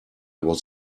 was